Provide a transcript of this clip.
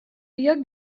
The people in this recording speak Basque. biak